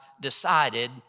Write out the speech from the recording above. decided